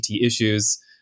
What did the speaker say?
issues